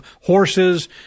horses